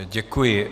Děkuji.